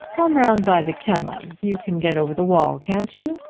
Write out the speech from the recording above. come round by the kennels. you can get over the wall can't you?